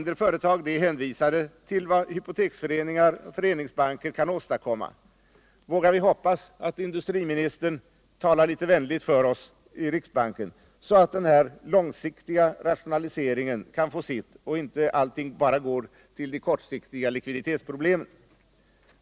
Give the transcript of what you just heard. De är hänvisade till vad hypoteksföreningar och föreningsbanker kan åstadkomma. Vågar vi hoppas att industriministern talar litet vänligt för oss i riksbanken, så att den långsiktiga rationaliseringen kan få sitt och allting inte bara går åt till att lösa de kortsiktiga likviditetsproblemen.